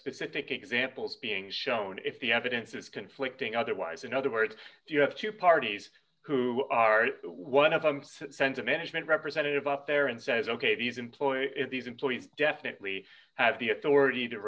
specific examples being shown if the evidence is conflicting otherwise in other words you have two parties who are one of them sends a management representative up there and says ok these employ these employees definitely have the authority to